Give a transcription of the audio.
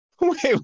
Wait